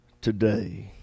today